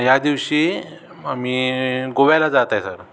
या दिवशी आम्ही गोव्याला जाताय सर